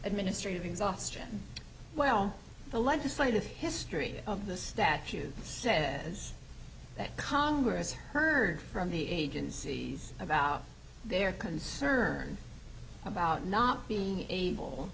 administrative exhaustion well the legislative history of the statute says that congress heard from the agencies about their concern about not being able